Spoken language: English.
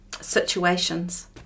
situations